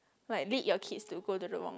like lead your kids to go to the wrong